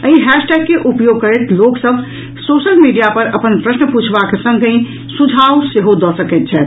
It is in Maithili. एहि हैशटैग के उपयोग करैत लोक सभ सोशल मीडिया पर अपन प्रश्न पूछबाक संगहि सुझाव सेहो दऽ सकैंत छथि